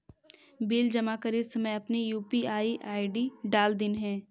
bill जमा करित समय अपन यू.पी.आई आई.डी डाल दिन्हें